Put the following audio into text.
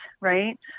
right